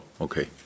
okay